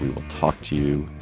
we'll talk to you